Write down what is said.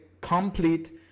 complete